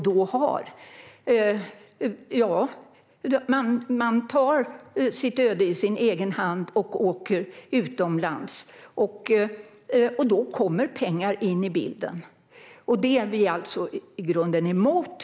Ja, man tar sitt öde i sin egen hand och åker utomlands. Då är det tyvärr så att pengar kommer in i bilden, vilket vi alltså i grunden är emot.